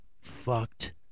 fucked